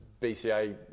BCA